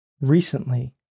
recently